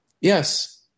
Yes